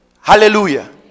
Hallelujah